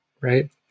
right